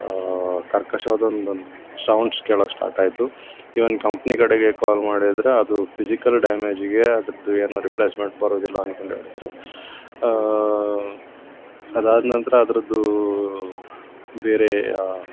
ಕರ್ಕಶವಾದೊಂದು ಒಂದು ಸೌಂಡ್ಸ್ ಕೇಳಕ್ಕೆ ಸ್ಟಾರ್ಟಾಯಿತು ಈವನ್ ಕಂಪ್ನಿ ಕಡೆಗೆ ಕಾಲ್ ಮಾಡಿದರೆ ಅದು ಫಿಸಿಕಲ್ ಡ್ಯಾಮೇಜಿಗೆ ಅದರದ್ದು ಏನು ರಿಪ್ಲೇಸ್ಮೆಂಟ್ ಬರೋದಿಲ್ಲ ಅನ್ಕಂಡು ಹೇಳಿದರು ಅದಾದ ನಂತರ ಅದ್ರದ್ದು ಬೇರೆ